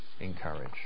encourage